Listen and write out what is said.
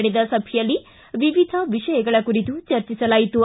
ನಡೆದ ಸಭೆಯಲ್ಲಿ ವಿವಿಧ ವಿಷಯಗಳ ಕುರಿತು ಚರ್ಚಿಸಲಾಯಿತು